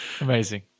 Amazing